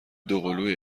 دوقلوی